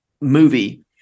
movie